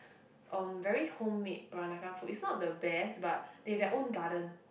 um very home made Peranakan food it's not the best but they have their own garden